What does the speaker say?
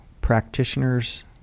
practitioners